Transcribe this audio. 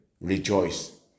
Rejoice